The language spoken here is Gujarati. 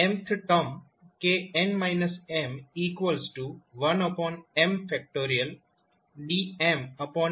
mth term kn m1m